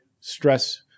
stress